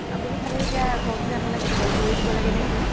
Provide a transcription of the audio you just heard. আপুনি খালী এতিয়া কওক যে আপোনাক চিলাই কৰি দিব লাগে নে কি